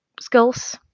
skills